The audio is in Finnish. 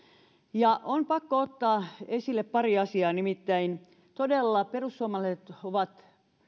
on pakko ottaa esille pari asiaa nimittäin todella perussuomalaiset ovat